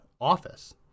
office